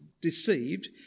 deceived